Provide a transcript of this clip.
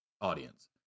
audience